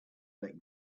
that